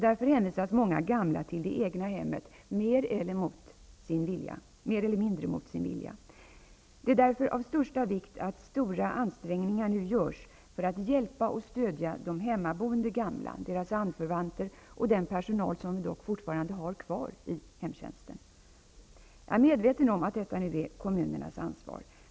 Därför hänvisas många gamla till det egna hemmet, mer eller mindre mot sin vilja. Det är därför av största vikt att stora ansträngningar nu görs för att hjälpa och stödja de hemmaboende gamla, deras anförvanter och den personal som vi fortfarande har kvar i hemtjänsten. Jag är medveten om att detta nu är kommunernas ansvar.